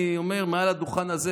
אני אומר מעל הדוכן הזה,